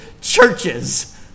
churches